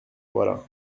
voilà